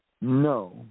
No